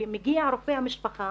מגיע רופא המשפחה